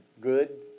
good